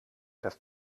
das